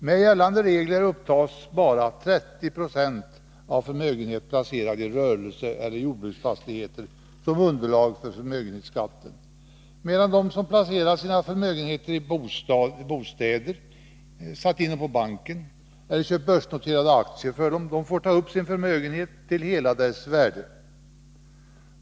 Med gällande regler upptas bara 30 90 av förmögenhet placerad i rörelser eller jordbruksfastigheter som underlag för förmögenhetsskatten, medan de som placerat sin förmögenhet i bostäder, satt in den på banken eller köpt börsnoterade aktier får ta upp sin förmögenhet till hela dess värde.